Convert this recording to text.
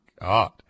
God